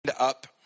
Up